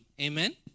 Amen